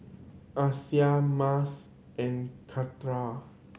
Aisyah Mas and